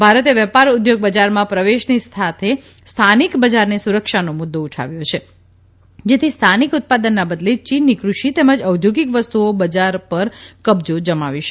ભારતે વેપાર ઉદ્યોગ બજારમાં પ્રવેશની સાથે સ્થાનિક બજારને સુરક્ષાનો મુદ્દો ઉઠાવ્યો છે જેથી સ્થાનિક ઉત્પાદનના બદલે ચીનની ક્રંષિ તેમજ ઔદ્યોગિક વસ્તુઓ બજાર પર કબજો જમાવી છે